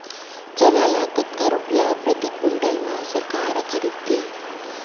चना ल कतका रुपिया प्रति क्विंटल म सरकार ह खरीदथे?